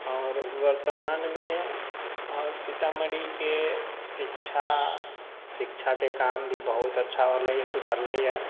आओर वर्तमानमे आओर सीतामढ़ीके शिक्षा शिक्षाके काम भी बहुत अच्छा होलै सुधरलैया